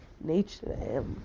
nature